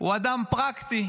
הוא אדם פרקטי.